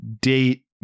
date